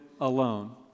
alone